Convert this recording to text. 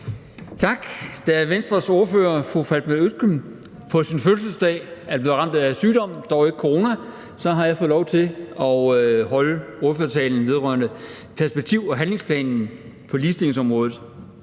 Tak. Da Venstres ordfører, fru Fatma Øktem, på sin fødselsdag er blevet ramt af sygdom, dog ikke corona, har jeg fået lov til at holde ordførertalen vedrørende perspektiv- og handlingsplanen på ligestillingsområdet,